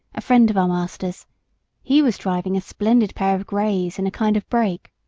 a friend of our master's he was driving a splendid pair of grays in a kind of break.